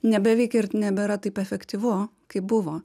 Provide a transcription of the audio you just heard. nebeveikia ir nebėra taip efektyvu kaip buvo